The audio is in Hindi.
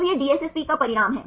तो यह DSSP का परिणाम है